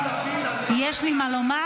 --- יש לי מה לומר.